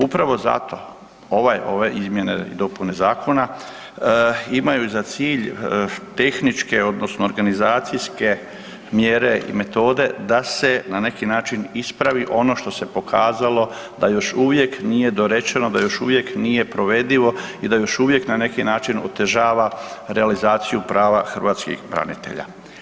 Upravo zato ove izmjene i dopune zakona imaju za cilj tehničke odnosno organizacijske mjere i metode da se na neki način ispravi ono što se pokazalo da još uvijek nije dorečeno, da još uvijek nije provedivo i da još uvijek na neki način otežava realizaciju prava hrvatskih branitelja.